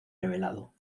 revelado